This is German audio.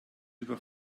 über